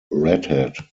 redhead